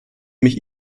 mich